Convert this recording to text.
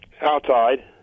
Outside